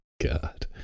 God